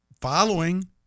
following